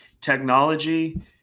technology